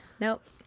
Nope